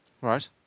Right